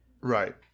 right